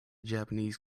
japanese